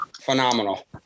phenomenal